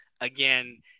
again